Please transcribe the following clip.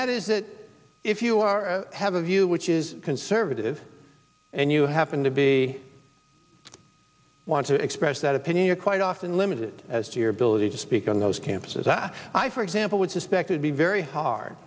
that is that if you are a have a view which is conservative and you happen to be want to express that opinion you're quite often limited as to your ability to speak on those campuses that i for example would suspect would be very hard